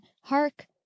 hark